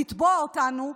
לתבוע אותנו,